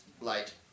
light